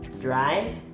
Drive